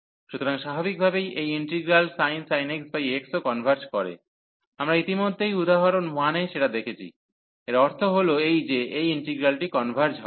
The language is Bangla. সুতরাং স্বাভাবিকভাবেই এই ইন্টিগ্রাল sin x x ও কনভার্জ করে আমরা ইতিমধ্যেই উদাহরণ 1 এ সেটা দেখেছি এর অর্থ হল এই যে এই ইন্টিগ্রালটি কনভার্জ হয়